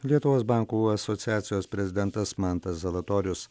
lietuvos bankų asociacijos prezidentas mantas zalatorius